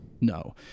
No